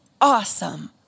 awesome